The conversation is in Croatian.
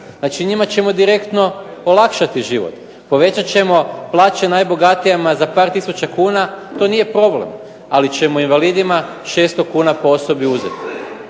Znači, njima ćemo direktno olakšati život. Povećat ćemo plaće najbogatijima za par tisuća kuna, to nije problem, ali ćemo invalidima 600 kuna po osobi uzeti.